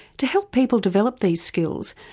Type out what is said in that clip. to help people develop these skills,